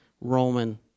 Roman